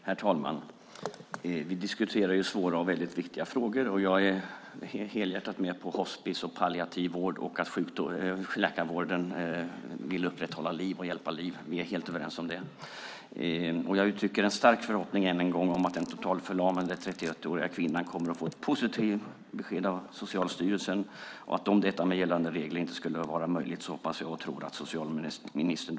Herr talman! Vi diskuterar svåra och väldigt viktiga frågor. Jag är helhjärtat med på hospice och palliativ vård och att läkarvården vill upprätthålla och hjälpa liv. Vi är helt överens om det. Jag uttrycker än en gång en stark förhoppning om att den totalförlamade 31-åriga kvinnan kommer att få ett positivt besked av Socialstyrelsen och att socialministern skyndsamt agerar om det inte skulle vara möjligt med gällande regler.